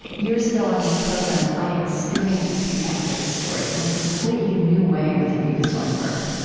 years ago on this program, i experienced the exodus story in a completely new way with avivah zornberg.